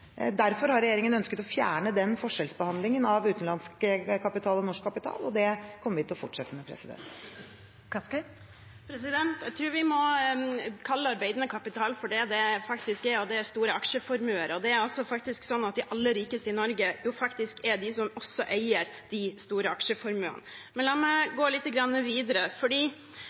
Derfor har regjeringen ønsket å fjerne den forskjellsbehandlingen av utenlandsk kapital og norsk kapital, og det kommer vi til å fortsette med. Det blir oppfølgingsspørsmål – først Kari Elisabeth Kaski. Jeg tror vi må kalle arbeidende kapital for det det faktisk er, og det er store aksjeformuer. Det er sånn at de aller rikeste i Norge faktisk er de som også eier de store aksjeformuene. Men la meg gå litt videre.